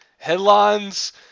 headlines